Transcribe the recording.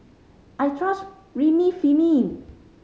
I trust Remifemin